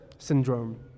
syndrome